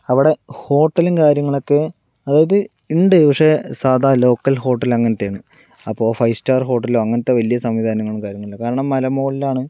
അവിടെ ഹോട്ടൽ കാര്യങ്ങളൊക്കെ അതായത് ഉണ്ട് പക്ഷേ സാധാ ലോക്കൽ ഹോട്ടൽ അങ്ങനത്തെയാണ് അപ്പൊൾ ഫൈവ് സ്റ്റാർ ഹോട്ടലോ അങ്ങനത്തെ സംഭവങ്ങളും കാര്യങ്ങളും ഒന്നുമില്ല കാരണം മലമുകളിലാണ്